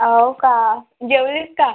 हो का जेवलीस का